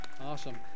Awesome